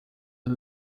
ele